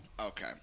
Okay